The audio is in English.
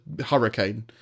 hurricane